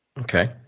Okay